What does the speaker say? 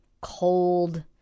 cold